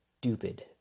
stupid